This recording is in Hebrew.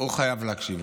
הוא חייב להקשיב לי.